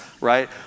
right